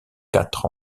quatre